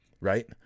right